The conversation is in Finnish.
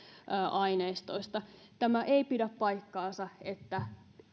aineistoista tämä ei pidä paikkaansa että